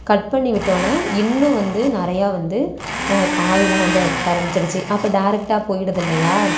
cut பண்ணி விட்டவுடன இன்னும் வந்து நிறையா வந்து காய்லாம் வந்து வைக்க ஆரம்பிச்சிடுச்சி அப்போ டெரெக்டாக போய்டுது இல்லையா